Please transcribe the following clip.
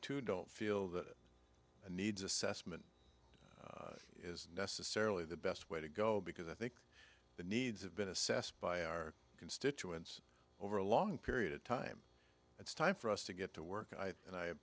don't feel that the needs assessment is necessarily the best way to go because i think the needs have been assessed by our constituents over a long period of time it's time for us to get to work i and i